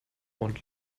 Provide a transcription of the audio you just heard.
und